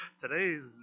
Today's